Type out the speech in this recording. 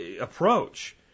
approach